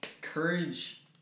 courage